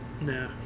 No